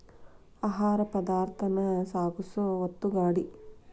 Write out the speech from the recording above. ಆಹಾರ ಪದಾರ್ಥಾನ ಸಾಗಸು ಒತ್ತುಗಾಡಿ